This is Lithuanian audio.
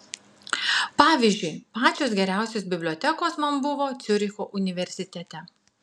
pavyzdžiui pačios geriausios bibliotekos man buvo ciuricho universitete